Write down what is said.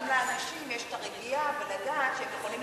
גם לאנשים יש הרגיעה לדעת שהם יכולים להישאר בבית.